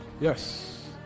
Yes